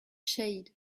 shade